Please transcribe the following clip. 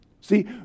See